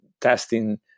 testing